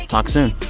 talk soon